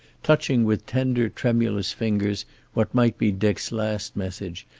touching with tender tremulous fingers what might be dick's last message,